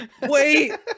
wait